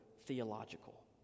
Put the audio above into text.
theological